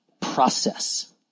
process